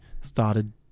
started